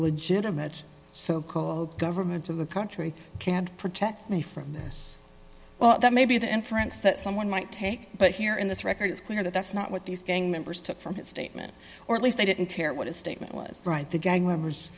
legitimate government of the country can't protect me from this well that may be the inference that someone might take but here in this record it's clear that that's not what these gang members took from his statement or at least they didn't care what his statement was right the gang members